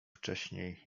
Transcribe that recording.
wcześniej